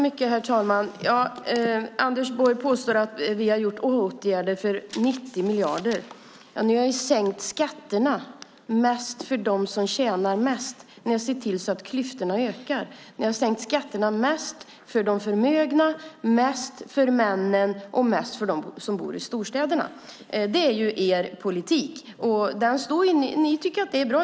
Herr talman! Anders Borg påstår att man har vidtagit åtgärder för 90 miljarder. Alliansregeringen har sänkt skatterna mest för dem som tjänar mest och sett till att klyftorna ökar. Ni har, Anders Borg, sänkt skatterna mest för de förmögna, mest för männen och mest för dem som bor i storstäderna. Det är er politik. Ni tycker att det är bra.